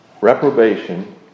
reprobation